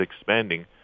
expanding